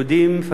יהודים,